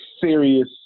serious